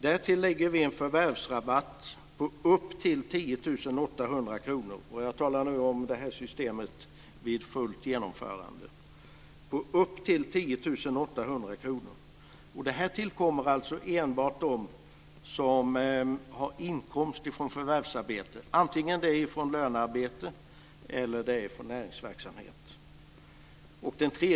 Därtill lägger vi en förvärvsrabatt på upp till 10 800 kr. Jag talar nu om ett fullt genomförande av det här systemet. Det här tillkommer alltså enbart dem som har en inkomst ifrån förvärvsarbete, antingen det är från lönearbete eller från näringsverksamhet.